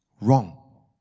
wrong